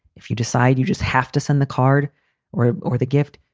if you decide you just have to send the card or or the gift,